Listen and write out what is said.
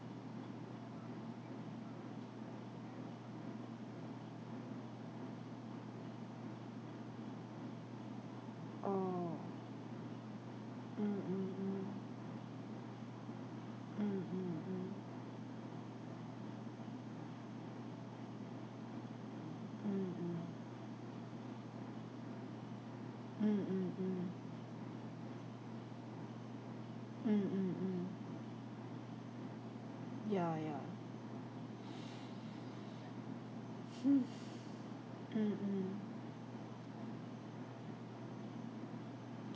oh mm mm mm mm mm mm mm mm mm mm mm mm mm mm ya ya mm mm